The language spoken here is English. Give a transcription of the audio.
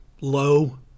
low